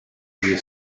gli